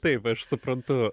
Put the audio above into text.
taip aš suprantu